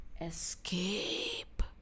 escape